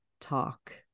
talk